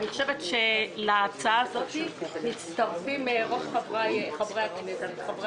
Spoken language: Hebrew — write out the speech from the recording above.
אני חושבת שלהצעה הזו מצטרפים רוב חברי הוועדה.